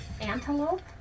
Antelope